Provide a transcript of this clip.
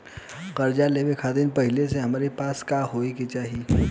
कर्जा लेवे खातिर पहिले से हमरा पास का होए के चाही?